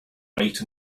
white